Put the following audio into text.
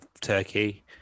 Turkey